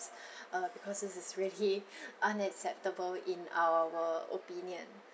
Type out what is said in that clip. uh because this is really unacceptable in our opinion